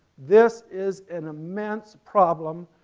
this is an immense problem,